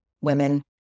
women